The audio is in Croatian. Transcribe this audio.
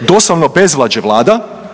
doslovno bezvlađe vlada,